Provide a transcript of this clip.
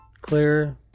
clear